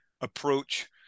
approach